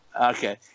Okay